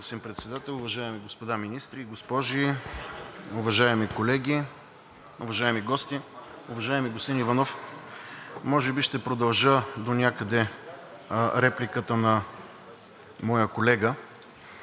може би ще продължа донякъде репликата на моя колега,